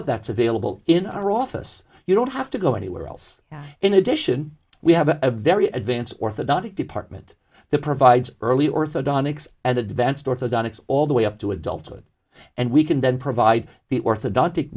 of that's available in our office you don't have to go anywhere else in addition we have a very advanced orthodontic the provides early orthodontics and advanced orthodontics all the way up to adulthood and we can then provide the orthodontic